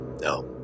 no